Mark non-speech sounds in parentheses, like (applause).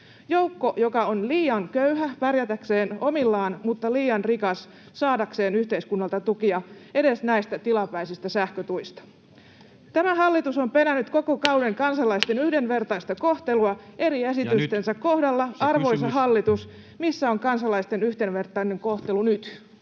joukko, joka on liian köyhä pärjätäkseen omillaan mutta liian rikas saadakseen yhteiskunnalta tukia edes näistä tilapäisistä sähkötuista. Tämä hallitus on perännyt koko kauden (noise) kansalaisten yhdenvertaista kohtelua eri esitystensä kohdalla. [Puhemies: Ja nyt se kysymys!] Arvoisa hallitus, missä on kansalaisten yhdenvertainen kohtelu nyt?